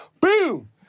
Boom